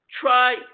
try